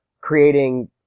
creating